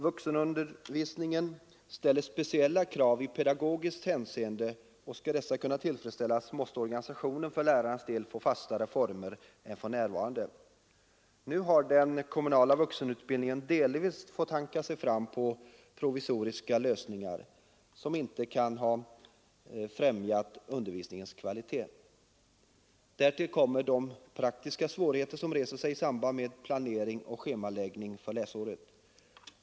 Vuxenundervisningen ställer speciella krav i pedagogiskt hänseende, och skall dessa kunna tillgodoses måste organisationen för lärarnas vidkommande få fastare former än för närvarande. Nu har den kommunala vuxenutbildningen delvis fått hanka sig fram på provisoriska lösningar, som inte kan ha främjat undervisningens kvalitet. Därtill kommer de praktiska svårigheter som reser sig i samband med planering och schemaläggning för läsåret.